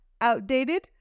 outdated